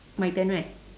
my turn right